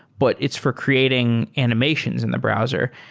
but it's for creating animations in the browser.